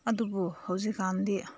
ꯑꯗꯨꯕꯨ ꯍꯧꯖꯤꯛꯀꯥꯟꯗꯤ